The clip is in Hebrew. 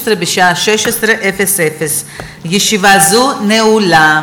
2015, בשעה 16:00. ישיבה זו נעולה.